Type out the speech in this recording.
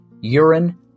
Urine